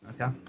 Okay